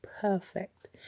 perfect